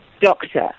doctor